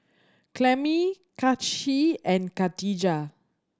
Clemie Kaci and Khadijah